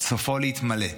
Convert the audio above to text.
סופו להתמלא,